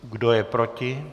Kdo je proti?